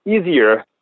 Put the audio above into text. easier